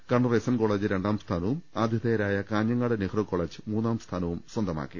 Kannur S N college രണ്ടാം സ്ഥാനവും ആതിഥേയരായ കാഞ്ഞങ്ങാട് നെഹ്റു കോളേജ് മൂന്നാം സ്ഥാനവും സ്വന്തമാക്കി